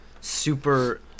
super